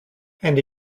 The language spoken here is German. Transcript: eine